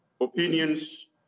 opinions